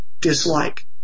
dislike